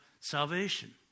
salvation